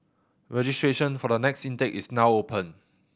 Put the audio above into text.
registration for the next intake is now open